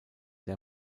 der